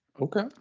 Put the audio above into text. okay